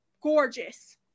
gorgeous